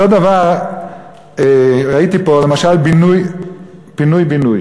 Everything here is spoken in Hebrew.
אותו דבר, ראיתי פה למשל פינוי-בינוי.